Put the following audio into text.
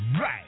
right